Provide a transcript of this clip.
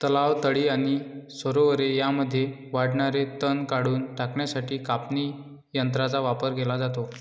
तलाव, तळी आणि सरोवरे यांमध्ये वाढणारे तण काढून टाकण्यासाठी कापणी यंत्रांचा वापर केला जातो